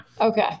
okay